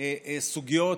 סוגיות